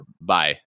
bye